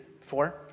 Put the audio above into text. four